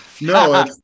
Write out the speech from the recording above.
No